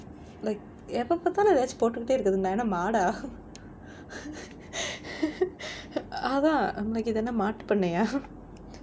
like எப்ப பார்த்தாலும் எதாச்சும் போட்டுகிட்டே இருக்குறதுக்கு நா என்ன மாடா:eppa paarthaalum ethaachum pottukittae irukkurathukku naa enna maadaa அதான் அம்மா இது என்ன மாட்டு பண்ணயா:athaan amma ithu enna maattu pannaiyaa